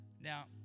Now